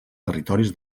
territoris